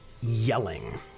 yelling